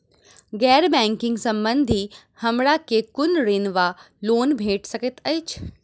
गैर बैंकिंग संबंधित हमरा केँ कुन ऋण वा लोन भेट सकैत अछि?